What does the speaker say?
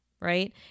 right